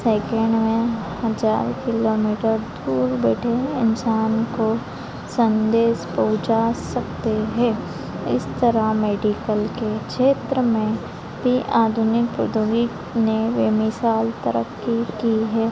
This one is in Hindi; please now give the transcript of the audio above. सेकेन्ड में हजार किलोमीटर दूर बैठे इंसान को संदेश पहुँचा सकते हैं इस तरह मेडिकल के क्षेत्र में भी आधुनिक प्रौद्योगिकी ने बेमिसाल तरक्की की है